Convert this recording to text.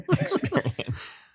experience